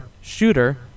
shooter